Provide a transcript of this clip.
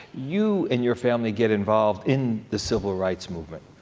you and your family get involved in the civil rights movement.